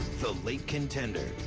the late contender.